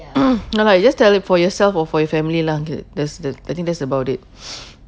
no lah you just tell it for yourself or for your family lah k~ the tha~ I think that's about it